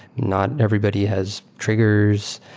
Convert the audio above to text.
not everybody has triggers.